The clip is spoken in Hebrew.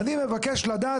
אני מבקש לדעת,